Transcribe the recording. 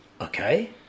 Okay